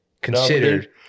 considered